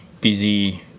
busy